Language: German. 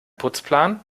putzplan